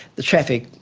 the traffic,